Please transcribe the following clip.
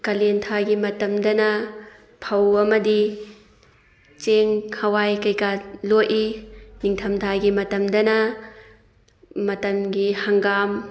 ꯀꯥꯂꯦꯟꯊꯥꯒꯤ ꯃꯇꯝꯗꯅ ꯐꯧ ꯑꯃꯗꯤ ꯆꯦꯡ ꯍꯋꯥꯏ ꯀꯩꯀꯥ ꯂꯣꯛꯏ ꯅꯤꯡꯊꯝꯊꯥꯒꯤ ꯃꯇꯝꯗꯅ ꯃꯇꯝꯒꯤ ꯍꯪꯒꯥꯝ